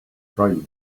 pride